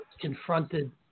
confronted